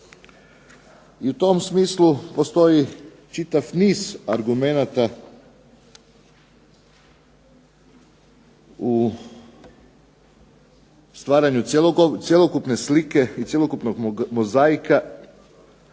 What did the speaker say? I u tom smislu postoji čitav niz argumenata u stvaranju cjelokupne slike i cjelokupnog mozaika